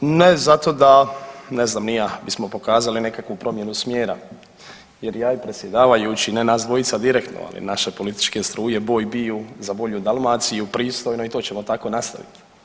Ne zato da, ne znam ni ja, mi smo pokazali nekakvu promjenu smjera jer ja i predsjedavajući, ne nas dvojica direktno, ali naše političke struje boj biju za bolju Dalmaciju, pristojno i to ćemo tako i nastaviti.